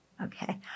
okay